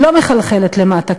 לא מחלחלת למטה,